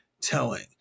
telling